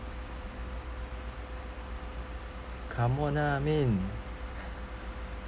come on lah min